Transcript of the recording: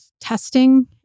testing